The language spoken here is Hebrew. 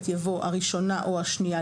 "בתוספת יבואתוספת" יבוא "הראשונה או השנייה,